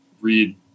read